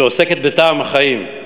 שעוסקת בטעם החיים,